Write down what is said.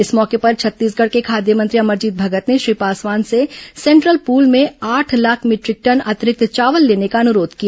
इस मौके पर छत्तीसगढ़ के खाद्य मंत्री अमरजीत भगत ने श्री पासवान से सेंट्रल पूल में आठ लाख मीटरिक टन अतिरिक्त चावल लेने का अनुरोध किया